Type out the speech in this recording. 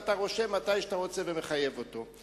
ואתה רושם מתי שאתה רוצה ואתה מחייב אותו.